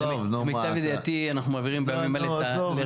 למיטב ידיעתי אנחנו מעבירים בימים אלה --- נו,